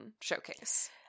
showcase